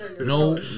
No